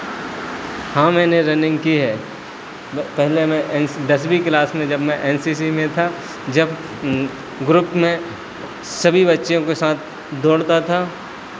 हाँ मैंने रनिंग की है पहेले मैं एन सी दसवीं क्लास में जब मैं एन सी सी में था जब ग्रुप में सभी बच्चों के साथ दौड़ता था